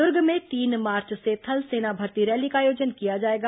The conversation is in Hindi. दुर्ग में तीन मार्च से थल सेना भर्ती रैली का आयोजन किया जाएगा